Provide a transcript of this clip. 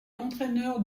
entraîneur